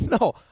No